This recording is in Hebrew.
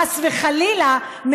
חס וחלילה,